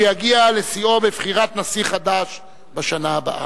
שיגיע לשיאו בבחירת נשיא חדש בשנה הבאה.